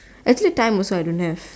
actually time also I don't have